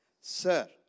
sir